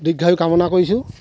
দীৰ্ঘায়ু কামনা কৰিছোঁ